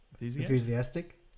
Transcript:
Enthusiastic